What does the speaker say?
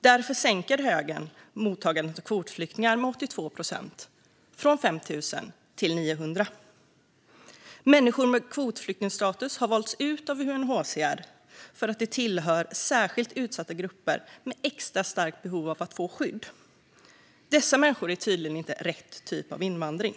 Därför sänker högern mottagandet av kvotflyktingar med 82 procent från 5 000 till 900. Människor med kvotflyktingstatus har valts ut av UNHCR för att de tillhör särskilt utsatta grupper och har extra starkt behov av att få skydd. Men dessa människor är tydligen inte "rätt typ av invandring".